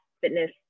fitness